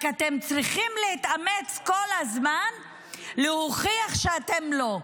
רק אתם צריכים להתאמץ כל הזמן להוכיח שאתם לא.